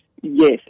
yes